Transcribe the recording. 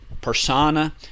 persona